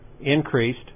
increased